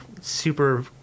super